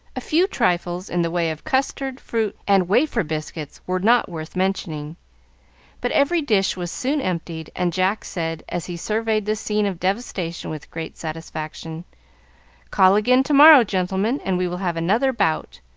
a few trifles in the way of custard, fruit, and wafer biscuits were not worth mentioning but every dish was soon emptied, and jack said, as he surveyed the scene of devastation with great satisfaction call again to-morrow, gentlemen, and we will have another bout.